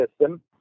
system